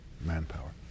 manpower